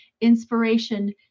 inspiration